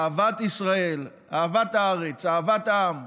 אהבת ישראל, אהבת הארץ, אהבת העם.